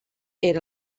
era